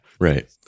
right